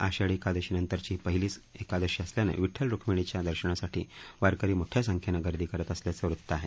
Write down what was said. आषाढी एकादशीनंतरची ही पहिलीच एकादशी असल्यानं विड्डल रुक्मिणीच्या दर्शनासाठी वारकरी मोठ्या संख्येनं गर्दी करत असल्याचं वृत्त आहे